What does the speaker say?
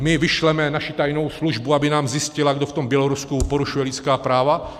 My vyšleme naši tajnou službu, aby nám zjistila, kdo v tom Bělorusku porušuje lidská práva?